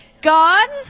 God